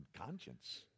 conscience